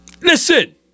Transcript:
Listen